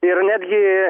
ir netgi